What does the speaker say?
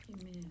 Amen